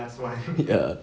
ya